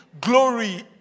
glory